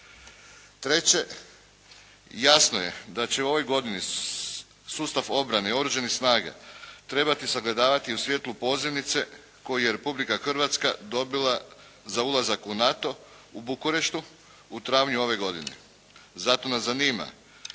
Treće, jasno se da će u ovoj godini sustav obrane i oružanih snaga trebati sagledavati u svjetlu pozivnice koju je Republika Hrvatska dobila za ulazak u NATO u Bukureštu u travnju ove godine. Zato nas zanima